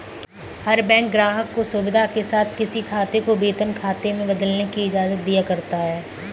हर bank ग्राहक को सुविधा के साथ किसी खाते को वेतन खाते में बदलने की इजाजत दिया करता है